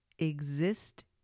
exist